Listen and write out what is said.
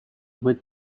with